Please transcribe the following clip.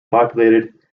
populated